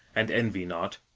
and envy not,